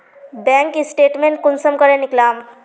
Bank statement कुंसम करे निकलाम?